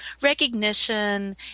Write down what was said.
recognition